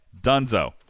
Dunzo